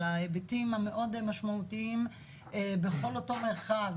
על ההיבטים המאוד משמעותיים בכל אותו מרחב,